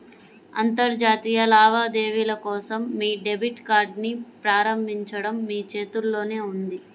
అంతర్జాతీయ లావాదేవీల కోసం మీ డెబిట్ కార్డ్ని ప్రారంభించడం మీ చేతుల్లోనే ఉంది